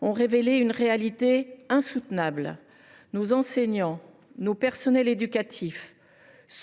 ont révélé une réalité insoutenable : nos enseignants et notre personnel éducatif,